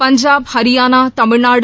Punjab Haryana Tamil Nadu